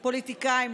לפוליטיקאים,